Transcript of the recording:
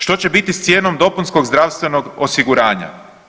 Što će biti s cijenom dopunskog zdravstvenog osiguranja?